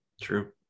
True